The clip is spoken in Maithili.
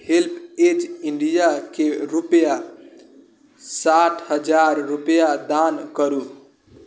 हेल्पऐज इंडिया के रूपैआ साठि हजार रूपैआ दान करू